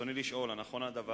רצוני לשאול: האם נכון הדבר?